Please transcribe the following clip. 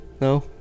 No